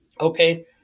Okay